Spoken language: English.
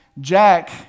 Jack